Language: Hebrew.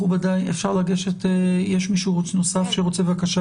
מכובדיי, יש מישהו נוסף מהארגונים שרוצה לדבר?